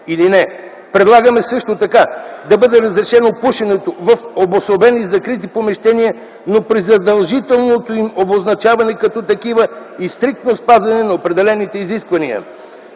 Предлагаме също така да бъде разрешено пушенето в обособени закрити помещения, но при задължителното им обозначаване като такива и при стриктно спазване на определените изисквания.